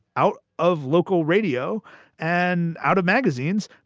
out of local radio and out of magazines.